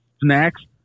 snacks